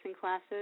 classes